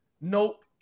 Nope